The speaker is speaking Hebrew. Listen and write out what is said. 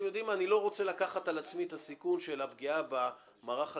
אני לא רוצה לקחת על עצמי את הסיכון של הפגיעה במערך הגבייה.